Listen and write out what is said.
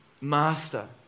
master